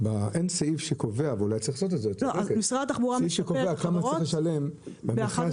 אין סעיף שקובע כמה צריך לשלם לנהג.